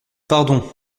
pardon